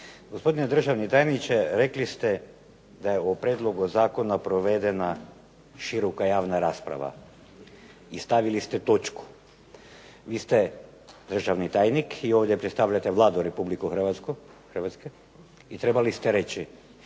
Gospodine državni tajniče rekli ste da je o prijedlogu zakona provedena široka javna rasprava i stavili ste točku. Vi ste državni tajnik i ovdje predstavljate Vladu RH i trebali ste reći